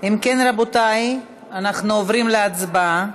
אם כן, רבותי, אנחנו עוברים להצבעה.